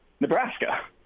Nebraska